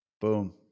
Boom